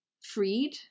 freed